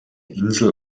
insel